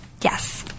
Yes